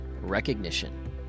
Recognition